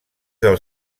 del